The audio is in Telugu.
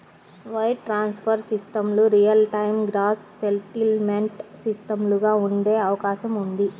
వైర్ ట్రాన్స్ఫర్ సిస్టమ్లు రియల్ టైమ్ గ్రాస్ సెటిల్మెంట్ సిస్టమ్లుగా ఉండే అవకాశం ఉంది